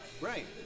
Right